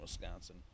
Wisconsin